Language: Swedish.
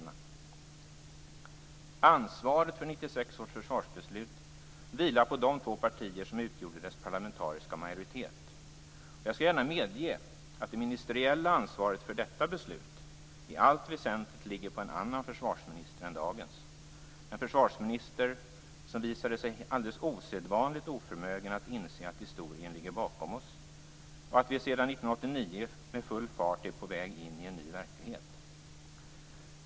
Ansvaret för 1996 års försvarsbeslut vilar på de två partier som utgjordes dess parlamentariska majoritet. Jag skall gärna medge att det ministeriella ansvaret för detta beslut i allt väsentligt ligger på en annan försvarsminister än dagens, en försvarsminister som visade sig alldeles osedvanligt oförmögen att inse att historien ligger bakom oss och att vi sedan år 1989 med full fart är på väg in i en ny verklighet.